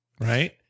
Right